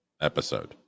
episode